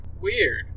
Weird